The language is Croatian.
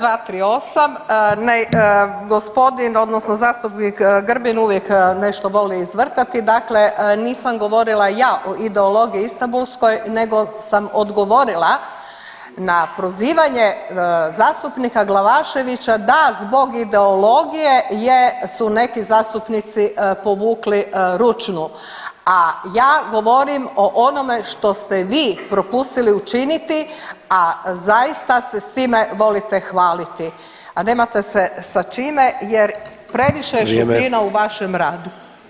238., gospodin odnosno zastupnik Grbin uvijek nešto voli izvrtati, dakle nisam govorila ja o ideologiji istambulskoj nego sam odgovorila na prozivanje zastupnika Glavaševića da zbog ideologije je, su neki zastupnici povukli ručnu, a ja govorim o onome što ste vi propustili učiniti, a zaista se s time volite hvaliti, a nemate se sa čime jer previše je šupljina u vašem radu.